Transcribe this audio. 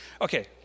Okay